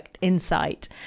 insight